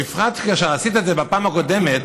בפרט שכאשר עשית את זה בפעם הקודמת